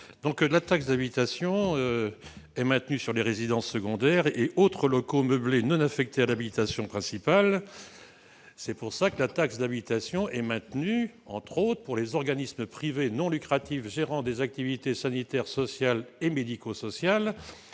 La taxe d'habitation est maintenue pour les résidences secondaires et autres locaux meublés non affectés à l'habitation principale. Elle est donc maintenue pour les organismes privés non lucratifs gérant des activités sanitaires, sociales et médico-sociales,